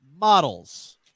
models